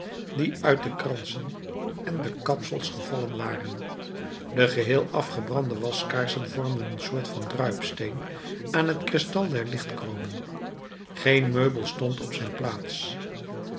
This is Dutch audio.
die uit de kransen en de kapsels gevallen waren de geheel afgebrande waskaarsen vormden een soort van druipsteen aan het kristal der lichtkronen geen meubel stond op zijn plaats